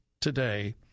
today